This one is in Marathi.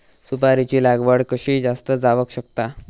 सुपारीची लागवड कशी जास्त जावक शकता?